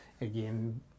again